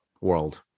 world